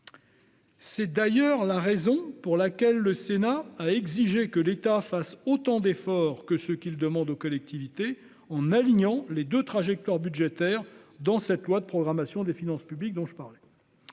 C'est d'ailleurs la raison pour laquelle le Sénat a exigé que l'État fasse autant d'efforts que ceux qu'il demande aux collectivités, en alignant les deux trajectoires budgétaires dans la loi de programmation des finances publiques. Le